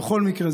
בכל מקרה,